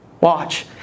Watch